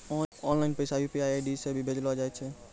online पैसा UPI ID से भी भेजलो जाय छै